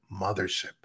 mothership